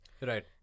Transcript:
Right